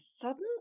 sudden